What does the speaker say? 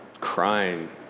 crying